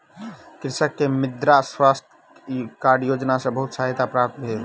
कृषक के मृदा स्वास्थ्य कार्ड योजना सॅ बहुत सहायता प्राप्त भेल